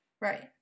Right